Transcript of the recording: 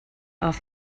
off